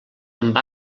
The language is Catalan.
amb